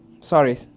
Sorry